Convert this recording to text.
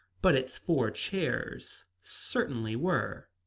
but its four chairs certainly were.